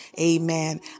amen